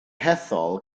hethol